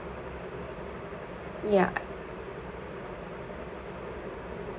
ya